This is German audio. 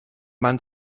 man